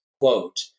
quote